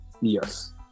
Yes